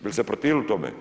Bi li se protivili tome?